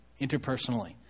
interpersonally